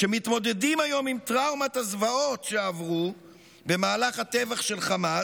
שמתמודדים היום עם טראומת הזוועות שעברו במהלך הטבח של חמאס,